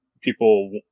people